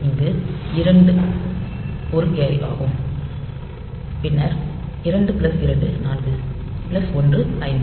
இங்கு 2 1 கேரி ஆகும் பின்னர் 2 பிளஸ் 2 4 பிளஸ் 1 5